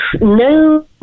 no